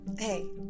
Hey